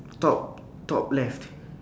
top top left